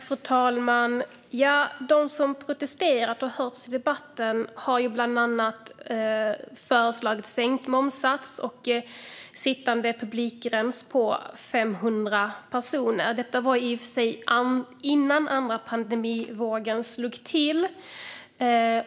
Fru talman! De som protesterat och hörts i debatten har föreslagit bland annat sänkt momssats och sittande publikgräns på 500 personer. Detta var i och för sig innan den andra pandemivågen slog till.